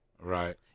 Right